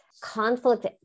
conflict